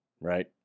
right